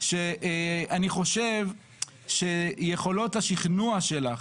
שאני חושב שיכולות השכנוע שלך